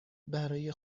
برای